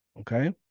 Okay